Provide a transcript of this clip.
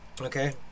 Okay